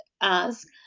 ask